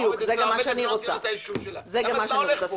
שלום.